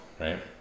right